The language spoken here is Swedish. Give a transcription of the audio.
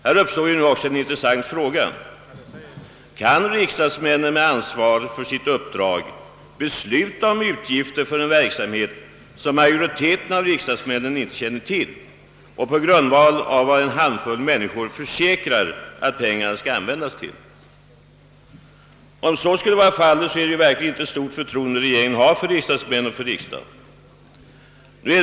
Här uppstår en mycket intressant fråga: Kan riksdagsmännen med ansvar för sitt uppdrag besluta om utgifter för en verksamhet, som majoriteten av dem inte känner till, och sålunda göra det endast på grundval av vad en handfull människor försäkrar att pengarna skall användas till? Om så är fallet, är det verkligen inte stort förtroende regeringen har för riksdagen och dess ledamöter.